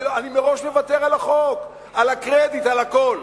אני מראש מוותר על החוק, על הקרדיט, על הכול.